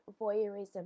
voyeurism